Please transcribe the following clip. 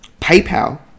PayPal